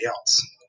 else